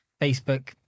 Facebook